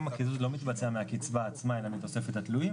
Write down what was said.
הקיזוז לא מתבצע מהקצבה עצמה אלא מתוספת התלויים,